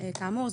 כאמור,